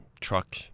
truck